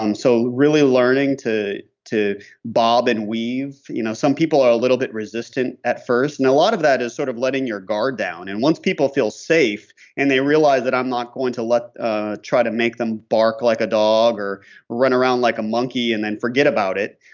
um so really learning to to bob and weave. you know some people are a little bit resistant at first. and a lot of that is sort of letting your guard down and once people feel safe, and they realize that i'm not going to try to make them bark like a dog or run around like a monkey and then forget about it.